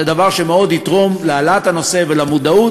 זה דבר שיתרום מאוד להעלאת הנושא למודעות,